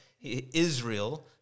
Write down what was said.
Israel